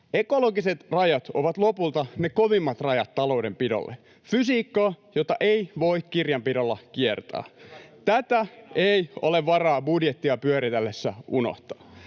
Ekologiset rajat ovat lopulta ne kovimmat rajat taloudenpidolle, fysiikkaa, jota ei voi kirjanpidolla kiertää. [Sheikki Laakson välihuuto] Tätä ei ole varaa budjettia pyöritellessä unohtaa.